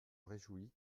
réjouis